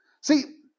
See